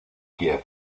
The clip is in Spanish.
kiev